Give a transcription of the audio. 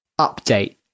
update